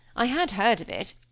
i had heard of it,